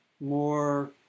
more